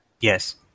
Yes